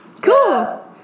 cool